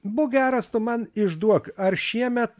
būk geras tu man išduok ar šiemet